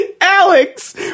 Alex